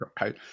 Right